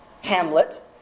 hamlet